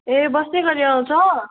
ए बस्ने गरी आउँछ